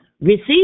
Receive